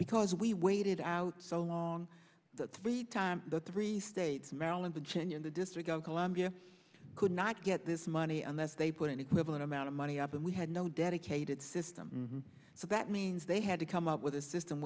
because we waited out so long that three times three states maryland virginia and the district of columbia could not get this money unless they put it with an amount of money up and we had no dedicated system so that means they had to come up with a system